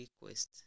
request